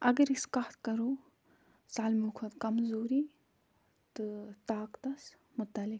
اَگر أسۍ کَتھ کَرُو سالمٕے کھۄتہٕ کمزوٗری تہٕ طاقتَس متعلِق